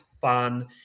fun